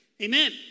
Amen